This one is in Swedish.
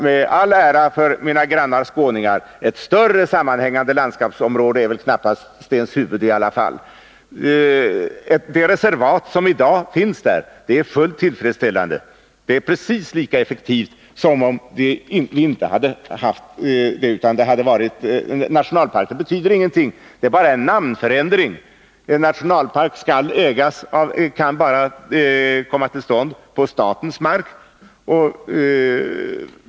Mina grannar skåningar i all ära — ett större sammanhängande landskapsområde är väl ändå knappast Stenshuvud. Det reservat som i dag finns där är fullt tillfredsställande. Det är precis lika effektivt som om det hade varit nationalpark. En sådan ändring betyder ingenting, det är bara en namnförändring. En nationalpark kan bara komma till stånd på statens mark.